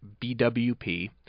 BWP